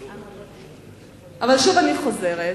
אבל, שוב אני חוזרת,